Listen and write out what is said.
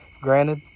Granted